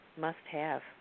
must-have